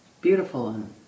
beautiful